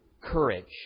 courage